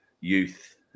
youth